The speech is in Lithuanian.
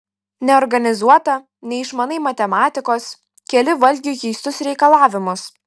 neorganizuota neišmanai matematikos keli valgiui keistus reikalavimus